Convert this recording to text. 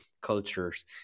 cultures